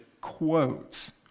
quotes